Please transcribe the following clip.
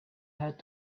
had